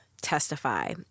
testify